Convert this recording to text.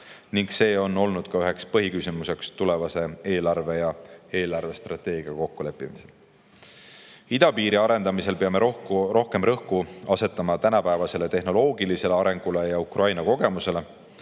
palk. See on olnud üheks põhiküsimuseks ka tulevase eelarve ja eelarvestrateegia kokkuleppimisel. Idapiiri arendamisel peame rohkem rõhku asetama tänapäevasele tehnoloogilisele arengule ja Ukraina kogemusele.